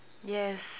yes